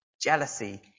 jealousy